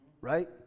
Right